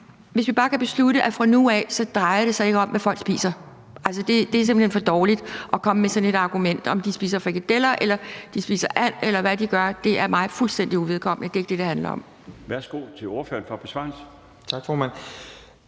Hvis vi bare kunne beslutte, at fra nu af drejer det sig ikke om, hvad folk spiser. Det er simpelt hen for dårligt at komme med sådan et argument. Om de spiser frikadeller eller de spiser and, eller hvad de gør, er mig fuldstændig uvedkommende. Det er ikke det, det handler om.